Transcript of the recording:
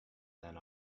then